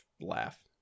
laugh